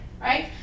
right